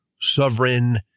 sovereign